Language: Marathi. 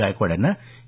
गायकवाड यांना ए